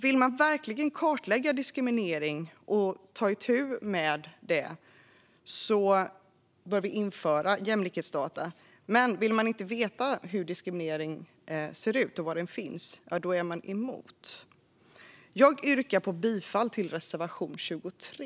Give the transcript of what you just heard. Vill man verkligen kartlägga diskriminering och ta itu med den bör man införa jämlikhetsdata. Men vill man inte veta hur diskrimineringen ser ut och var den finns, ja, då är man emot. Jag yrkar bifall till reservation 23.